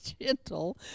gentle